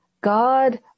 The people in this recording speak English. God